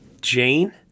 Jane